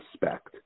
respect